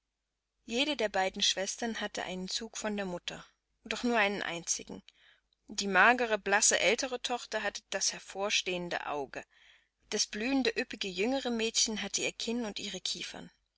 jede der beiden schwestern hatte einen zug von der mutter doch nur einen einzigen die magere blasse ältere tochter hatte das hervorstehende auge das blühende üppige jüngere mädchen hatte ihr kinn und ihre kiefern